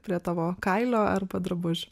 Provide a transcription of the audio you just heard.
prie tavo kailio arba drabužių